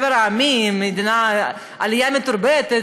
עלייה מתורבתת,